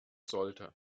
sollte